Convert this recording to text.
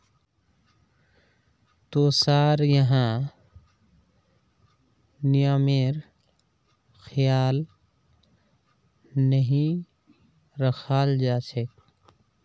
तोसार यहाँ नियमेर ख्याल नहीं रखाल जा छेक